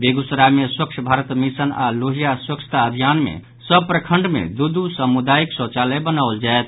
बेगूसराय मे स्वच्छ भारत मिशन आओर लोहिया स्वच्छता अभियान मे सभ प्रखंड मे दू दू सामूदायिक शौचालय बनाओल जायत